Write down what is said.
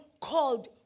called